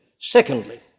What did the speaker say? Secondly